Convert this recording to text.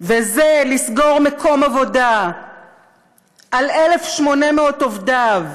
"וזה לסגור מקום עבודה על 1,800 עובדיו,